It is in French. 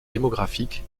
démographique